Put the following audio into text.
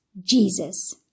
Jesus